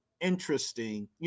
interesting